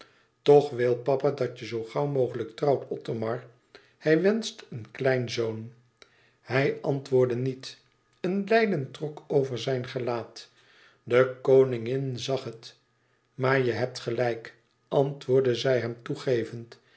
toch wil papa dat je zoo gauw mogelijk trouwt othomar hij wenscht een kleinzoon hij antwoordde niet een lijden trok over zijn gelaat de koningin zag het maar je hebt gelijk antwoordde zij hem toegevend